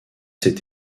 s’est